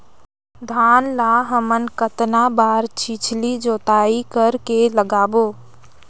धान ला हमन कतना बार छिछली जोताई कर के लगाबो?